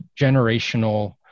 generational